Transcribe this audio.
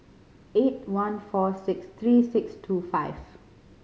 eight one four six three six two five